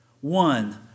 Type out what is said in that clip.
One